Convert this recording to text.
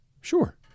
sure